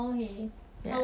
orh okay